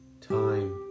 time